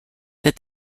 that